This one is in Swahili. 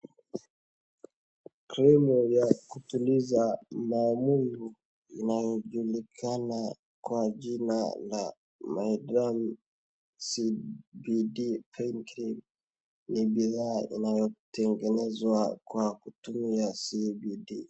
Krimu ya kutuliza maumivu inayojulikana kwa jina la Myaderm CBD pain cream ni bidhaa inayotengenezwa kwa kutumia CBD .